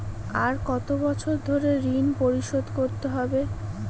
আর কত বছর ধরে ঋণ পরিশোধ করতে হবে?